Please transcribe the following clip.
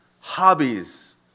hobbies